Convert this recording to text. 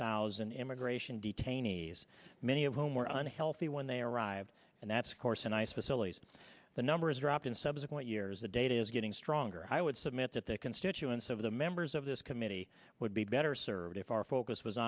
immigration detainees many of whom were on healthy when they arrived and that's of course a nice facilities the numbers dropped in subsequent years the data is getting stronger i would submit that the constituents of the members of this committee would be better served if our focus was